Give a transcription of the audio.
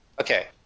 Okay